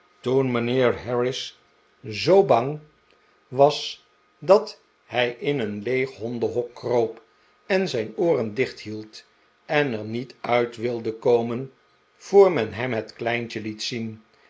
toen mijnheer harris zoo bang was dat hij in een leeg hondenhok kroop en zijn ooren dicht hield en er niet uit wilde komen voor men hem het kleintje liet zien